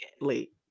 late